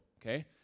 okay